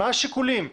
מה השיקולים?